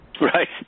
Right